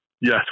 Yes